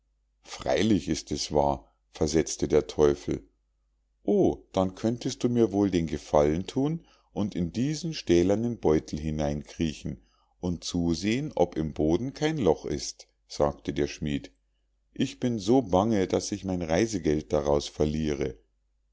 freilich ist es wahr versetzte der teufel o dann könntest du mir wohl den gefallen thun und in diesen stählernen beutel hineinkriechen und zusehen ob im boden kein loch ist sagte der schmied ich bin so bange daß ich mein reisegeld daraus verliere